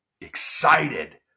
excited